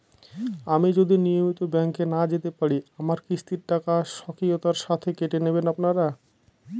আমি যদি নিয়মিত ব্যংকে না যেতে পারি আমার কিস্তির টাকা স্বকীয়তার সাথে কেটে নেবেন আপনারা?